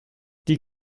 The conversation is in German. die